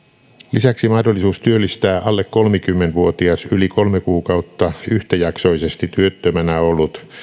lisäksi mahdollisuus työllistää alle kolmekymmentä vuotias yli kolme kuukautta yhtäjaksoisesti työttömänä ollut